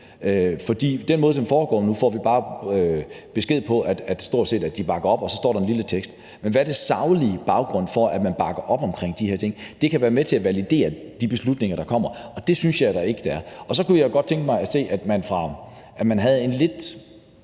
med den måde, det foregår på nu, får vi stort set bare besked om, at de bakker op, og så står der en lille tekst. Men hvad er den saglige baggrund for, at man bakker op om de her ting? Det kan være med til at validere de beslutninger, der bliver taget, og det synes jeg da ikke der er nu. Og så kunne jeg godt tænke mig at se, at der var en lidt